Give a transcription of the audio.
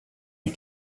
you